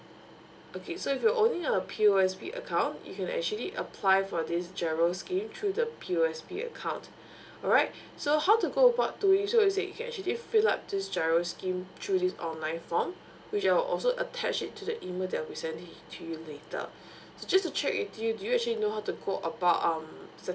okay so if you owning a P_L_S_B account you can actually apply for this giro scheme through the P_L_S_B account alright so how to go about to you actually fill up this giro scheme through this online form which we'll also attach it to the email that we'll send to you later so just to check with you do you actually know how to go about um